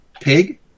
Pig